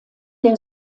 der